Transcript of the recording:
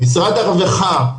משרד הרווחה,